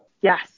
yes